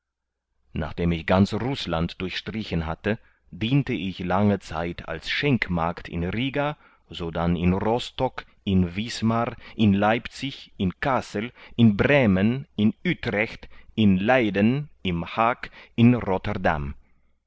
nachdem ich ganz rußland durchstrichen hatte diente ich lange zeit als schenkmagd in riga sodann in rostock in wismar in leipzig in kassel in bremen in utrecht in leyden im haag in rotterdam